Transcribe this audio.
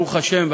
ברוך השם,